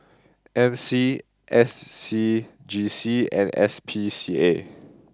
M C S C G C and S P C A